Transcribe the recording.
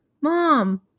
Mom